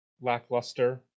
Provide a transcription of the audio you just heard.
lackluster